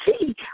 see